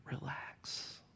relax